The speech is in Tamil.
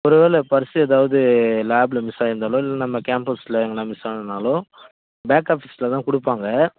ஒரு வேலை பர்ஸு எதாவது லேப்பில் மிஸ் ஆகிருந்தாலோ இல்லை நம்ம கேம்பஸ்சில் எங்கேன்னா மிஸ் ஆனானாலோ பேக் ஆஃபீஸ்சில் தான் கொடுப்பாங்க